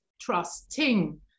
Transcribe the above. trusting